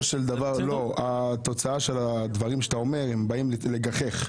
לא, התוצאה של הדברים שאתה אומר באים לגחך,